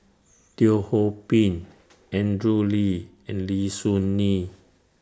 Teo Ho Pin Andrew Lee and Lim Soo Ngee